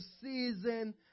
season